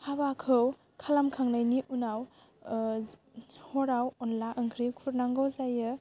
हाबाखौ खालामखांनायनि उनाव हराव अनला ओंख्रि खुरनांगौ जायो